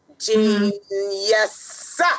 genius